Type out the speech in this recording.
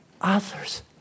others